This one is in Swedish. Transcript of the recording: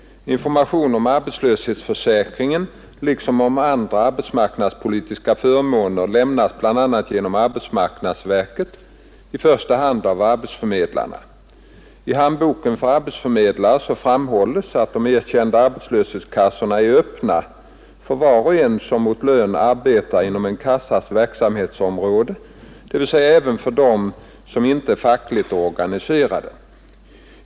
Information om arbetslöshetsförsäkringen liksom om andra arbetsmarknadspolitiska förmåner lämnas bl.a. genom arbetsmarknadsverket, i första hand av arbetsförmedlingarna. I handboken för arbetsförmedlare framhålls att de erkända arbetslöshetskassorna är öppna för var och en som mot lön arbetar inom en kassas verksamhetsområde, dvs. även för den som inte är fackligt organiserad.